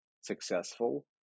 successful